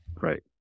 Right